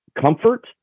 comfort